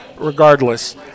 Regardless